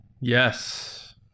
Yes